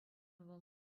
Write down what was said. вӑл